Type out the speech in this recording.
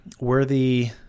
worthy